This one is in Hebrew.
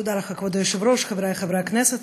תודה לך, כבוד היושב-ראש, חברי חברי הכנסת,